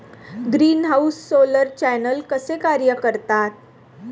Greenhouse solar channel कसे कार्य करतात?